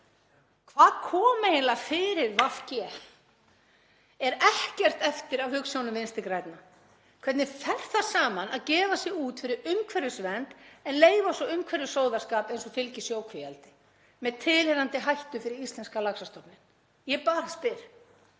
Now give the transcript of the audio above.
Hvað kom eiginlega fyrir VG? Er ekkert eftir af hugsjónum Vinstri grænna? Hvernig fer það saman að gefa sig út fyrir umhverfisvernd en leyfa svo umhverfissóðaskap eins og fylgir sjókvíaeldi með tilheyrandi hættu fyrir íslenska laxastofninn? Ég bara spyr.